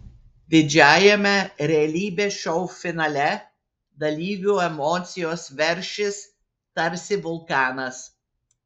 didžiajame realybės šou finale dalyvių emocijos veršis tarsi vulkanas